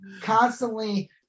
constantly